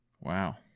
wow